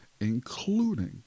including